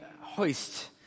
hoist